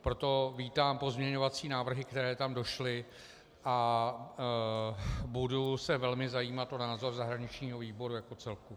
Proto vítám pozměňovací návrhy, které tam došly, a budu se velmi zajímat o názor zahraničního výboru jako celku.